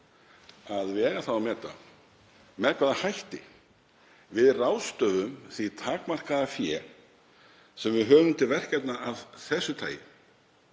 að vega það og meta með hvaða hætti við ráðstöfum því takmarkaða fé sem við höfum til verkefna af þessu tagi.